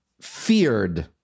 feared